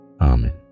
Amen